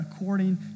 according